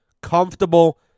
Comfortable